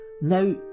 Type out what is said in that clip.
Now